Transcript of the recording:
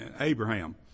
Abraham